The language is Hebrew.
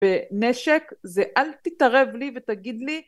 בנשק זה אל תתערב לי ותגיד לי